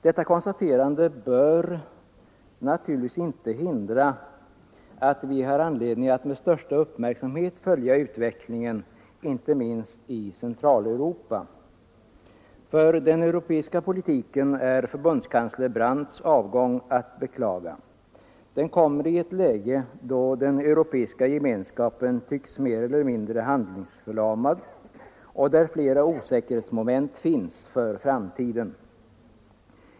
Detta konstaterande bör naturligtvis inte hindra att vi har anledning att med största uppmärksamhet följa utvecklingen inte minst i Centraleuropa. För den europeiska politiken är förbundskansler Brandts avgång att beklaga. Den kommer i ett läge då Europeiska gemenskapen tycks mer eller mindre handlingsförlamad och där flera osäkerhetsmoment finns för framtiden.